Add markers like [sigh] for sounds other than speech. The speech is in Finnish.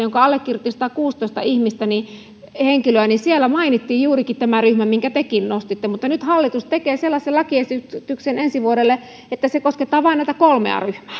[unintelligible] jonka allekirjoitti satakuusitoista henkilöä mainittiin juurikin tämä ryhmä jonka tekin nostitte mutta nyt hallitus tekee sellaisen lakiesityksen ensi vuodelle että se koskettaa vain noita kolmea